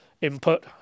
input